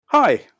Hi